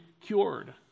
cured